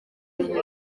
hejuru